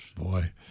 boy